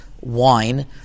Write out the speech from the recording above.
wine